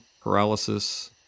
Paralysis